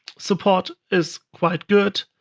support is quite good.